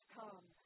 come